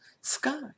sky